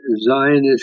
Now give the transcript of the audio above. Zionist